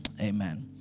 Amen